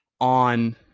on